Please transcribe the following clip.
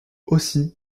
aussi